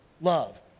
love